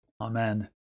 Amen